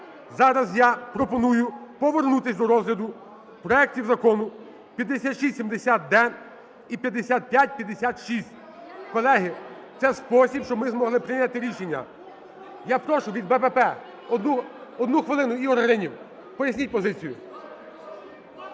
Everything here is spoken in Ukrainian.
Зараз я пропоную повернутися до розгляду проектів Закону 5670-д і 5556. Колеги, це спосіб, щоб ми змогли прийняти рішення. Я прошу від БПП одну хвилину, Ігор Гринів. Поясніть позицію.